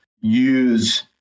use